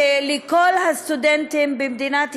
שלכל הסטודנטים במדינת ישראל,